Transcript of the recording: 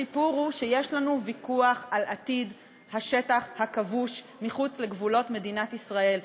הסיפור הוא שיש לנו ויכוח על עתיד השטח הכבוש מחוץ לגבולות מדינת ישראל.